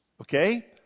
okay